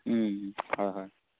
হয় হয়